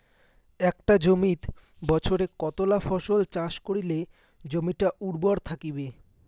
একটা জমিত বছরে কতলা ফসল চাষ করিলে জমিটা উর্বর থাকিবে?